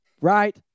Right